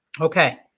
Okay